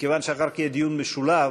מכיוון שאחר כך יהיה דיון משולב,